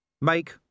Make